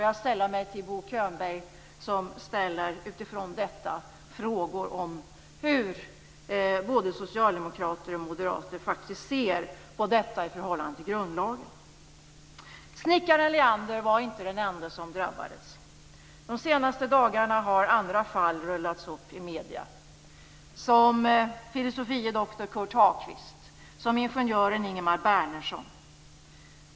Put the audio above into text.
Jag sällar mig till Bo Könberg, som utifrån detta ställer frågor om hur både socialdemokrater och moderater ser på detta i förhållande till grundlagen. Snickaren Leander var inte den ende som drabbades. De senaste dagarna har andra fall rullats upp i medierna, t.ex. fil. dr Curt Hagquist och ingenjören Ingemar Bernersson.